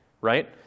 right